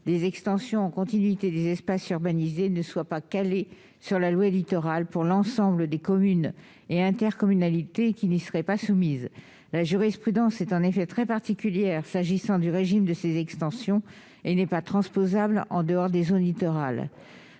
des extensions en continuité des espaces urbanisés ne soit pas calé sur la loi Littoral pour l'ensemble des communes et des intercommunalités qui n'y seraient pas soumises. La jurisprudence en la matière est en effet très particulière et n'est pas transposable en dehors des zones littorales.